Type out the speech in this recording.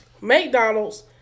McDonald's